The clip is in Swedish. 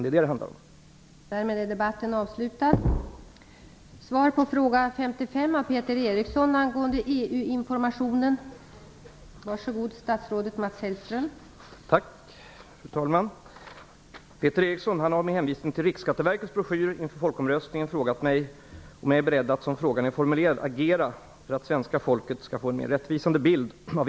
Det är det som det hela handlar om.